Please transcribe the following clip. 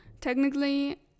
technically